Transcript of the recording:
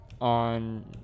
on